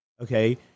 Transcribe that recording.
okay